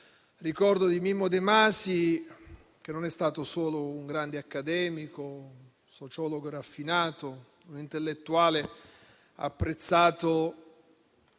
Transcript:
ricordo di Mimmo De Masi, che non è stato solo un grande accademico, un sociologo raffinato e un intellettuale apprezzato